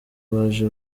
baje